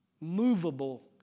movable